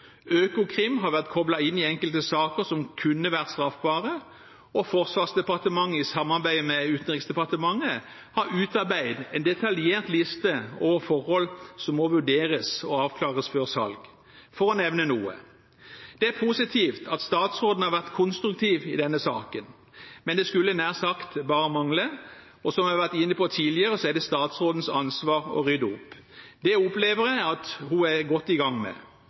Økokrim har vært koplet inn i enkelte saker som kunne være straffbare, og Forsvarsdepartementet, i samarbeid med Utenriksdepartementet, har utarbeidet en detaljert liste over forhold som må vurderes og avklares før salg – for å nevne noe. Det er positivt at statsråden har vært konstruktiv i denne saken, men det skulle nær sagt bare mangle. Som jeg har vært inne på tidligere, er det statsrådens ansvar å rydde opp. Det opplever jeg at hun er godt i gang med.